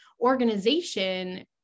organization